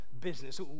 business